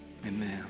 amen